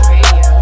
Radio